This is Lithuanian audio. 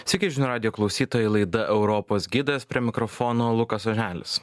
sveiki žinių radijo klausytojai laida europos gidas prie mikrofono lukas oželis